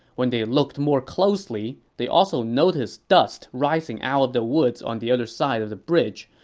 when they looked more closely, they also noticed dust rising out of the woods on the other side of the bridge,